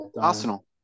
Arsenal